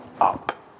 up